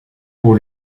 pour